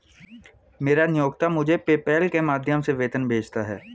मेरा नियोक्ता मुझे पेपैल के माध्यम से वेतन भेजता है